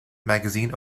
magazine